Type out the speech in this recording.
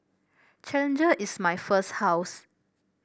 Challenger is my first house